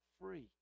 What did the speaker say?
free